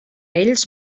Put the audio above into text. ells